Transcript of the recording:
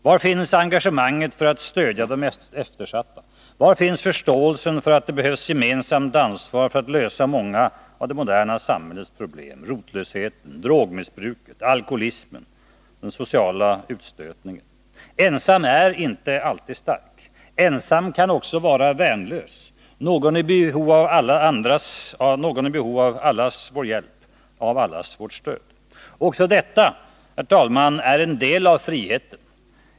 Var finns engagemanget för att stödja de eftersatta? Var finns förståelsen för att det behövs gemensamt ansvar för att lösa många av det moderna samhällets problem: rotlösheten, drogmissbruket, alkoholismen, den sociala utstötningen? Ensam är inte alltid stark. Ensam kan också vara värnlös, någon i behov av allas vår hjälp, av allas vårt stöd. Också detta, herr talman, är en del av friheten.